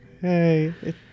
Hey